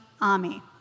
army